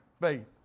faith